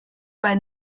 bei